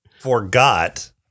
forgot